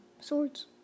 swords